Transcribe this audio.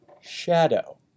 shadow